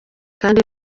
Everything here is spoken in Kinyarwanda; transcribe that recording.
kandi